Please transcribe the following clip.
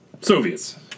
Soviets